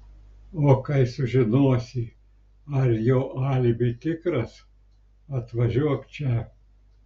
o kai sužinosi ar jo alibi tikras atvažiuok čia